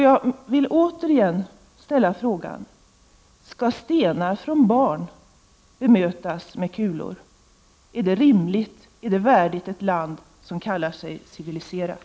Jag vill återigen ställa frågan: Skall stenar från barn bemötas med kulor? Är det rimligt, är det värdigt ett land som kallar sig civiliserat?